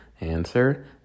Answer